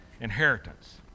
inheritance